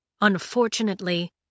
Unfortunately